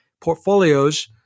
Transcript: portfolios